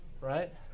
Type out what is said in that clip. Right